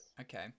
Okay